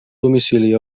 domicili